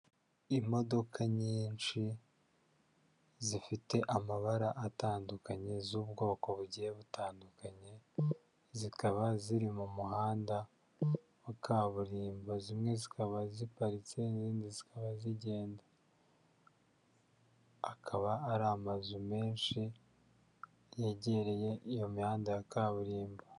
Imodoka nyinshi zifite amabara atandukanye z'ubwoko bugiye butandukanye, zikaba ziri mu muhanda wa kaburimbo zimwe zikaba ziparitse izindi zikaba zigenda, akaba ari amazu menshi yegereye iyo mihanda ya kaburimbo.